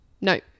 no